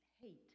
hate